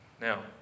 Now